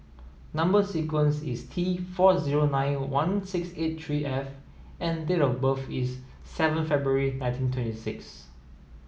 number sequence is T four zero nine one six eight three F and date of birth is seven February nineteen twenty six